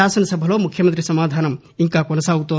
శాసనసభలో ముఖ్యమంతి సమాధానం ఇంకా కొనసాగుతోంది